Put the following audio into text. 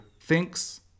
thinks